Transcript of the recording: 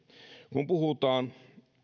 kun puhutaan